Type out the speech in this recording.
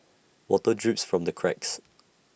water drips from the cracks